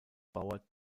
bauer